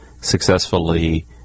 successfully